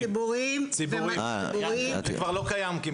זה כבר לא קיים כמעט.